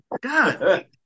god